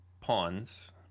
pawns